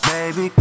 Baby